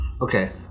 Okay